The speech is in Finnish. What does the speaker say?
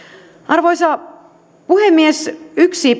arvoisa puhemies